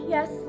Yes